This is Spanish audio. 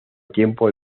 tiempo